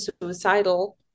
suicidal